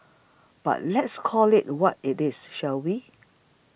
but let's call it what it is shall we